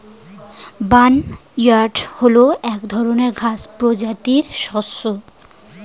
barnyard হল এক ধরনের ঘাস প্রজাতির শস্য